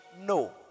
no